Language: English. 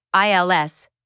ILS